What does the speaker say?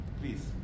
Please